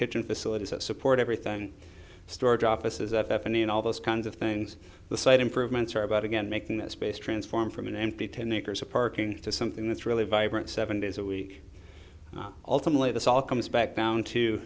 kitchen facilities that support everything storage offices that happen in all those kinds of things the site improvements are about again making that space transform from an empty ten acres of parking to something that's really vibrant seven days a week ultimately this all comes back down to